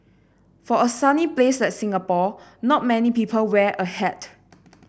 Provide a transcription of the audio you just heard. for a sunny place like Singapore not many people wear a hat